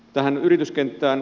tähän yrityskenttään